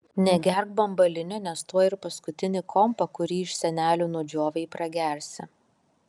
negerk bambalinio nes tuoj ir paskutinį kompą kurį iš senelių nudžiovei pragersi